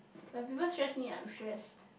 when people stress me I'm stressed